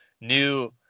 new